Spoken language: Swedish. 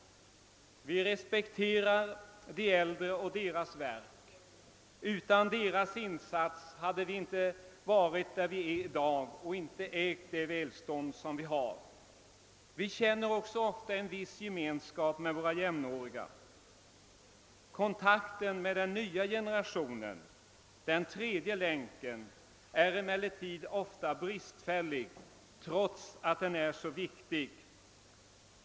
Vi respekterar de äldre och deras verk. Utan deras insats hade vi inte varit där vi är i dag och inte ägt det välstånd vi har. Vi känner också ofta en viss gemenskap med våra jämnåriga. Kontakten med den nya generationen, den tredje länken, är emellertid ofta bristfällig trots att den är så viktig.